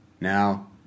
Now